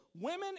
women